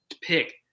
pick